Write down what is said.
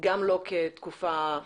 דרך קבע.